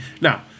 Now